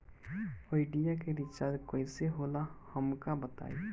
Idea के recharge कईसे होला हमका बताई?